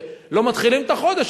שלא מתחילים את החודש,